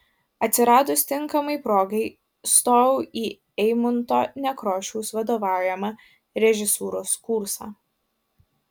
atsiradus tinkamai progai stojau į eimunto nekrošiaus vadovaujamą režisūros kursą